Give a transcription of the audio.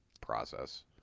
process